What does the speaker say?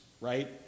right